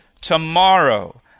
tomorrow